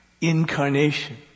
incarnation